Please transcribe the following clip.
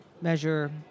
measure